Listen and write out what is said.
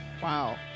Wow